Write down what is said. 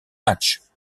matchs